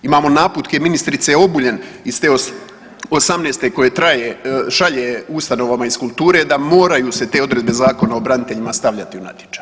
Imamo naputke ministrice Obuljen iz ste 18. koje traje, šalje ustanovama iz kulture da moraju se te odredbe Zakona o braniteljima stavljati u natječaj.